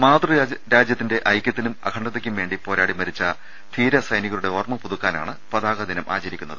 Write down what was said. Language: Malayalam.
മാതൃരാജ്യത്തിന്റെ ഐക്യത്തിനും അഖണ്ഡതയ്ക്കും വേണ്ടി പോരാടി മരിച്ച ധീര സൈനികരുടെ ഓർമ്മ പുതു ക്കാനാണ് പതാകാദിനം ആചരിക്കുന്നത്